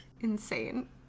Insane